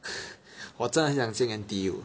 我真的很想进 N_T_U